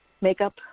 Makeup